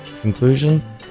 Conclusion